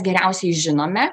geriausiai žinome